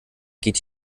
geht